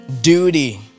duty